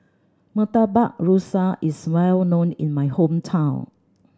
Murtabak Rusa is well known in my hometown